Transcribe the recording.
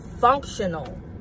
functional